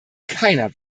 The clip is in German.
keiner